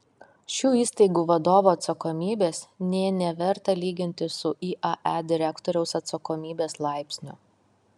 šių įstaigų vadovų atsakomybės nė neverta lyginti su iae direktoriaus atsakomybės laipsniu